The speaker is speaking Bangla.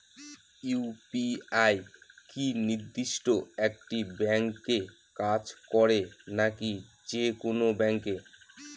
ইউ.পি.আই কি নির্দিষ্ট একটি ব্যাংকে কাজ করে নাকি যে কোনো ব্যাংকে?